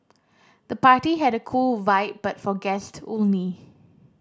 the party had a cool vibe but for guest only